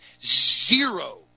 zero